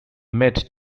met